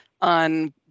on